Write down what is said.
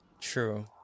True